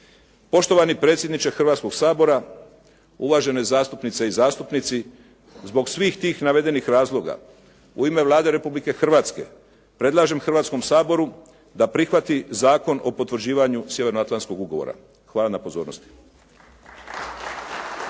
Poštovani predsjedniče Hrvatskog sabora, uvažene zastupnice i zastupnici, zbog svih tih navedenih razloga u ime Vlade Republike Hrvatske, predlažem Hrvatskom saboru da prihvati Zakon o potvrđivanju Sjevernoatlantskog ugovora. Hvala na pozornosti.